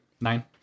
Nine